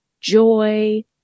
joy